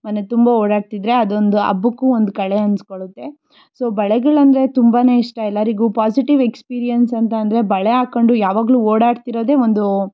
ಮನೆ ತುಂಬ ಓಡಾಡ್ತಿದ್ದರೆ ಅದೊಂದು ಹಬ್ಬಕ್ಕೂ ಒಂದು ಕಳೆ ಅನ್ನಿಸ್ಕೊಳ್ಳುತ್ತೆ ಸೊ ಬಳೆಗಳೆಂದ್ರೆ ತುಂಬಾ ಇಷ್ಟ ಎಲ್ಲರಿಗು ಪಾಸಿಟಿವ್ ಎಕ್ಸ್ಪೀರಿಯನ್ಸ್ ಅಂತ ಅಂದರೆ ಬಳೆ ಹಾಕಂಡು ಯಾವಾಗ್ಲು ಓಡಾಡ್ತಿರೋದೆ ಒಂದು